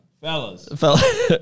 Fellas